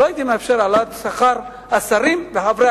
לא הייתי מאפשר העלאת שכר השרים וחברי